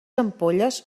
ampolles